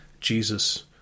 Jesus